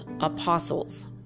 apostles